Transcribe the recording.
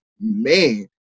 man